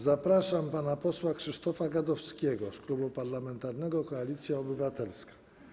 Zapraszam pana posła Krzysztofa Gadowskiego z Klubu Parlamentarnego Koalicja Obywatelska.